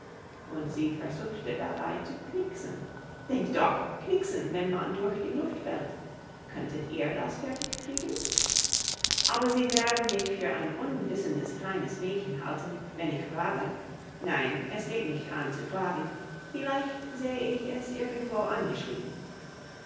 und sie versuchte dabei zu knixen denkt doch knixen wenn man durch die luft fällt könntet ihr das fertig kriegen aber sie werden mich für ein unwissendes kleines mädchen halten wenn ich frage nein es geht nicht an zu fragen vielleicht sehe ich es irgendwo angeschrieben